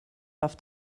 auf